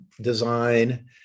design